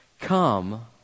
Come